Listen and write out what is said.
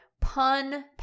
Pun